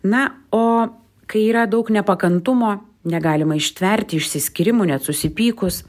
na o kai yra daug nepakantumo negalima ištverti išsiskyrimo net susipykus